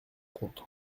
compte